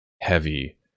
Heavy